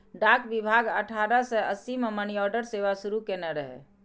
डाक विभाग अठारह सय अस्सी मे मनीऑर्डर सेवा शुरू कयने रहै